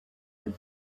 that